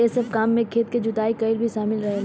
एह सब काम में खेत के जुताई कईल भी शामिल रहेला